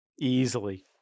Easily